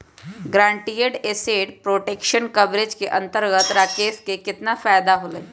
Guaranteed asset protection coverage के अंतर्गत राकेश के कितना फायदा होलय?